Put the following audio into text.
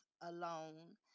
alone